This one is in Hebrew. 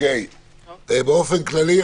באופן כללי,